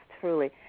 truly